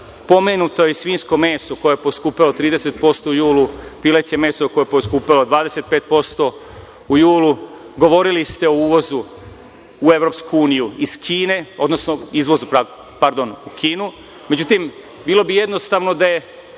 pomenuto je svinjsko meso koje je poskupelo 30% u julu i pileće meso koje je poskupelo 25% u julu. Govorili ste o uvozu u EU iz Kine, odnosno izvozu, pardon, u Kinu. Međutim, bilo bi jednostavno da je